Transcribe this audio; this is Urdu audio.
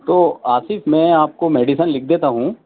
تو آصف میں آپ کو میڈیسن لِکھ دیتا ہوں